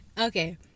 Okay